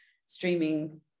streaming